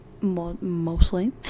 Mostly